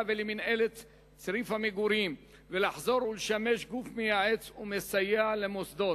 ולמינהלת צריף המגורים ולחזור ולשמש גוף מייעץ ומסייע למוסדות.